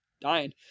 dying